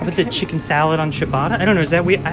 the chicken salad on shabbat i don't know. is that we i.